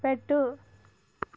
పెట్టు